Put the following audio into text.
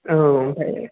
औ ओमफ्राय